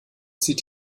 zieht